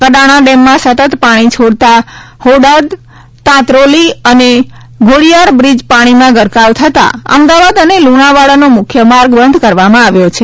કડાણા ડેમમાં સતત પાણી છોડતા હોડાદ તાંતરોલી અને ઘોડિયાર બ્રીજ પાણીમાં ગરકાવ થતાં અમદાવાદ અને લુણાવાડાનો મુખ્ય માર્ગ બંધ કરવામાં આવ્યો છે